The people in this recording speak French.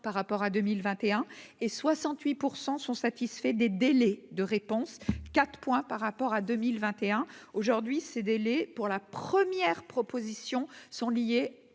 par rapport à 2021 et 68 % sont satisfaits des délais de réponses 4 points par rapport à 2021 aujourd'hui ces délais, pour la première propositions sont liées